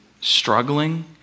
struggling